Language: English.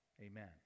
Amen